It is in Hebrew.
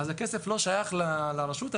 הכסף לא שייך לרשות,